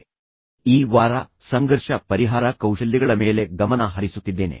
ವಿಶೇಷವಾಗಿ ಈ ವಾರ ನಾನು ಸಂಘರ್ಷ ಪರಿಹಾರ ಕೌಶಲ್ಯಗಳ ಮೇಲೆ ಹೆಚ್ಚು ಗಮನ ಹರಿಸುತ್ತಿದ್ದೇನೆ